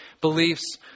beliefs